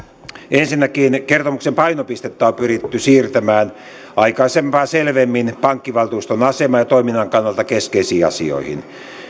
ensinnäkin kertomuksen painopistettä on pyritty siirtämään aikaisempaa selvemmin pankkivaltuuston aseman ja toiminnan kannalta keskeisiin asioihin